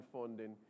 funding